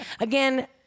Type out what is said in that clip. Again